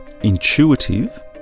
intuitive